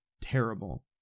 terrible